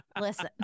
Listen